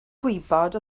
gwybod